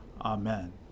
Amen